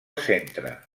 centre